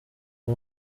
ari